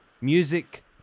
Music